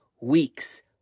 weeks